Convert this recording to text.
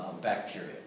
bacteria